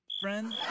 friend